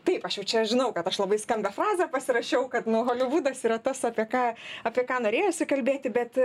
tai aš jau čia žinau kad aš labai skambią frazę pasirašiau kad nu holivudas yra tas apie ką apie ką norėjosi kalbėti bet